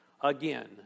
again